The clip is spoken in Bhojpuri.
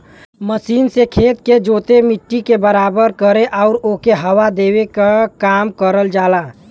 मशीन से खेत के जोते, मट्टी के बराबर करे आउर ओके हवा देवे क काम करल जाला